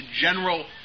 general